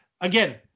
Again